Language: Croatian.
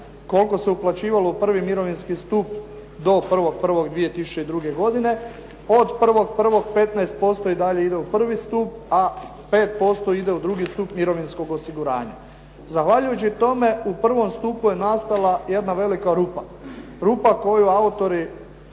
koliko se uplaćivalo u prvi mirovinski stup do 1.1.2002. godine od 1.1. 15% i dalje ide u prvi stup a 5% ide u drugi stup mirovinskog osiguranja. Zahvaljujući tome u prvome stupu je nastala jedna velika rupa, rupa koju autori